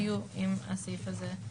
ואז לעשות את זה.